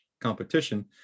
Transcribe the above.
competition